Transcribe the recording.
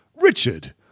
Richard